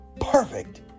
Perfect